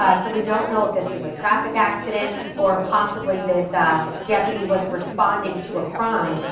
ah so we don't know if this was a traffic accident or if possibly this deputy was responding to a crime.